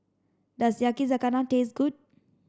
does Yakizakana taste good